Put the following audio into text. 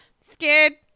Scared